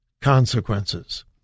consequences